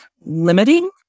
limiting